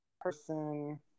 person